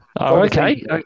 Okay